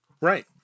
Right